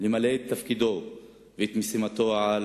למלא את תפקידו ואת משימת-העל